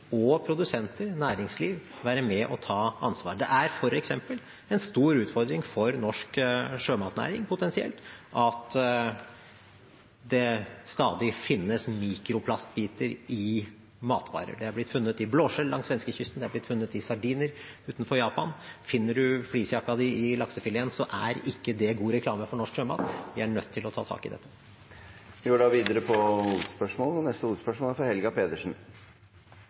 næringsliv være med og ta ansvar. Det er f.eks. en stor utfordring for norsk sjømatnæring potensielt at det stadig finnes mikroplastbiter i matvarer. Det er blitt funnet i blåskjell langs svenskekysten, det er blitt funnet i sardiner utenfor Japan. Finner man fleecejakken sin i laksefileten, er ikke det god reklame for norsk sjømat. Vi er nødt til å ta tak i dette. Vi går videre til neste hovedspørsmål.